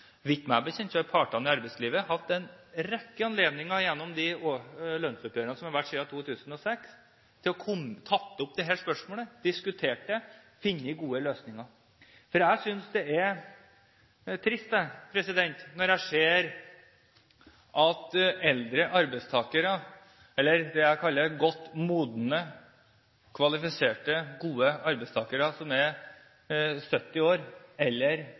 Meg bekjent har partene i arbeidslivet hatt en rekke anledninger, gjennom de lønnsoppgjørene som har vært siden 2006, til å ta opp dette spørsmålet, diskutere det og finne gode løsninger. Jeg synes det er trist når jeg ser at eldre arbeidstakere, eller det jeg kaller godt modne, kvalifiserte, gode arbeidstakere, som er 70 år, eller